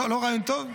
לא רעיון טוב?